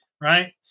right